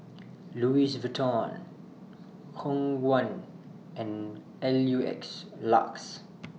Louis Vuitton Khong Guan and L U X LUX